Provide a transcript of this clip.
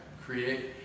create